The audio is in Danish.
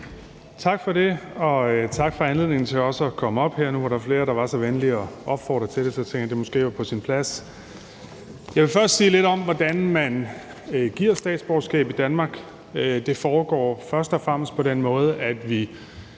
Tak for det, og tak for anledningen til også at komme herop; nu var der flere, der var så venlige at opfordre til det, og så tænkte jeg, at det måske var på sin plads. Jeg vil først sige lidt om, hvordan man giver statsborgerskab i Danmark. Det foregår først og fremmest på den måde, at vi